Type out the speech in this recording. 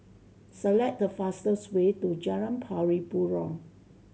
select the fastest way to Jalan Pari Burong